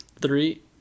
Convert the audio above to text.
three